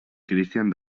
christian